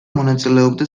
მონაწილეობდა